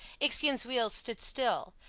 ixion's wheel stood still,